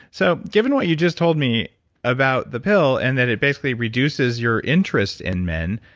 so given what you just told me about the pill and that it basically reduces your interest in men,